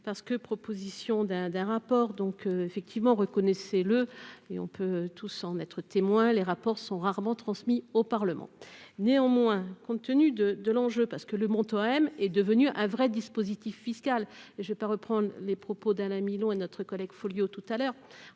parce que proposition d'un d'un rapport donc effectivement, reconnaissez-le et on peut tout s'en être témoin, les rapports sont rarement transmis au Parlement, néanmoins, compte tenu de, de l'enjeu parce que le montant OM est devenu un vrai dispositif fiscal et je peux reprendre les propos d'Alain Milon et notre collègue Folio tout à l'heure,